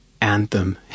anthem